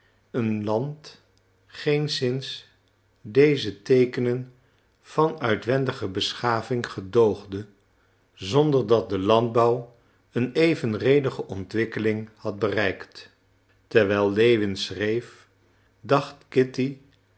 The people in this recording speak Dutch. eens lands geenszins deze teekenen van uitwendige beschaving gedoogde zonder dat de landbouw een evenredige ontwikkeling had bereikt terwijl lewin schreef dacht kitty